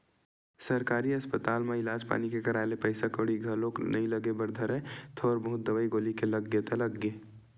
सरकारी अस्पताल म इलाज पानी के कराए ले पइसा कउड़ी घलोक नइ लगे बर धरय थोक बहुत दवई गोली के लग गे ता लग गे